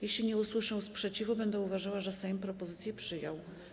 Jeśli nie usłyszę sprzeciwu, będę uważała, że Sejm propozycję przyjął.